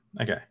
okay